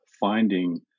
finding